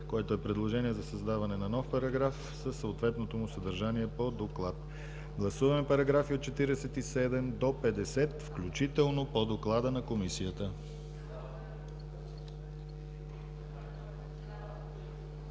който е предложение за създаване на нов параграф със съответното му съдържание по доклада. Гласуваме параграфи от 47 до 50 включително по доклада на Комисията. Гласували